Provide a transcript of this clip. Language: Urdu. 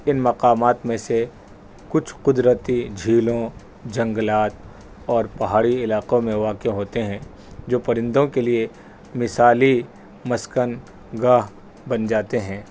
ان مقامات میں سے کچھ قدرتی جھیلوں جنگلات اور پہاڑی علاقوں میں واقع ہوتے ہیں جو پرندوں کے لیے مثالی مسکن گاہ بن جاتے ہیں